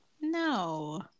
No